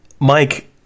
Mike